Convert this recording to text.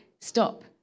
stop